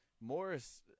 Morris